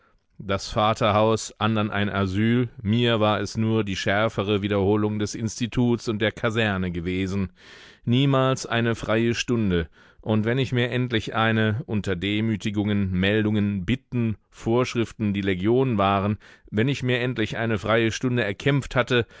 das vaterhaus andern ein asyl mir war es nur die schärfere wiederholung des instituts und der kaserne gewesen niemals eine freie stunde und wenn ich mir endlich eine unter demütigungen meldungen bitten vorschriften die legion waren wenn ich mir endlich eine freie stunde erkämpft hatte